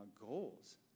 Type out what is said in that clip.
goals